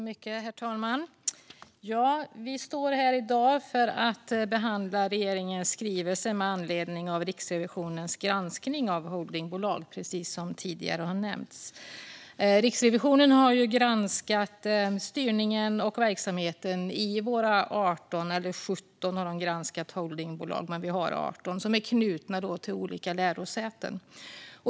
Herr talman! Vi står här i dag för att behandla regeringens skrivelse med anledning av Riksrevisionens granskning av holdingbolag, precis som tidigare har nämnts. Riksrevisionen har granskat styrningen och verksamheten i 17 av de 18 holdingbolag vi har som är knutna till olika lärosäten.